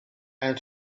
and